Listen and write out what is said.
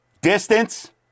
distance